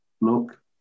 look